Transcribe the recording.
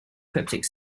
cryptic